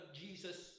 Jesus